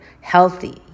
healthy